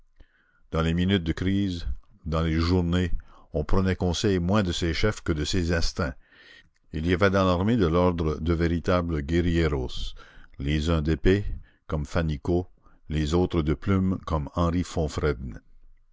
dans les minutes de crise dans les journées on prenait conseil moins de ses chefs que de ses instincts il y avait dans l'armée de l'ordre de véritables guérilleros les uns d'épée comme fannicot les autres de plume comme henri